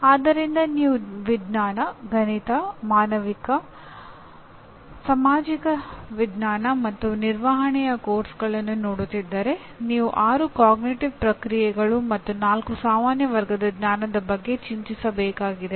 ಆದ್ದರಿಂದ ನೀವು ವಿಜ್ಞಾನ ಗಣಿತ ಮಾನವಿಕ ಸಾಮಾಜಿಕ ವಿಜ್ಞಾನ ಮತ್ತು ನಿರ್ವಹಣೆಯ ಪಠ್ಯಕ್ರಮಗಳನ್ನು ನೋಡುತ್ತಿದ್ದರೆ ನೀವು ಆರು ಅರಿವಿನ ಪ್ರಕ್ರಿಯೆಗಳು ಮತ್ತು ನಾಲ್ಕು ಸಾಮಾನ್ಯ ವರ್ಗದ ಜ್ಞಾನದ ಬಗ್ಗೆ ಚಿಂತಿಸಬೇಕಾಗಿದೆ